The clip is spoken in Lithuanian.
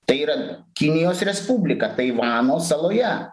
tai yra kinijos respublika taivano saloje